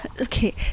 Okay